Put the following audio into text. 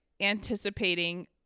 anticipating